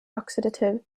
oxidative